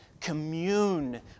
Commune